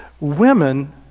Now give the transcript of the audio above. women